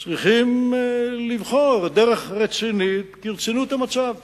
צריכים לבחור דרך רצינית, כרצינות המצב.